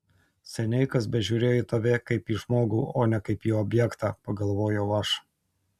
seniai kas bežiūrėjo į tave kaip į žmogų o ne kaip į objektą pagalvojau aš